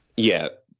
yet,